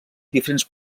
diferents